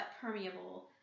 permeable